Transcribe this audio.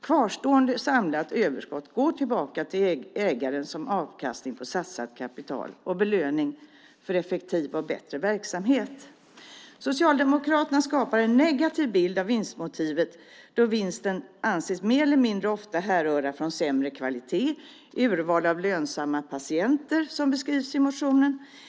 Kvarstående samlat överskott går tillbaka till ägaren som avkastning på satsat kapital och belöning för effektiv och bättre verksamhet. Socialdemokraterna skapar en negativ bild av vinstmotivet då vinsten mer eller mindre ofta anses härröra från sämre kvalitet och urval av lönsamma patienter, som beskrivs i motionen.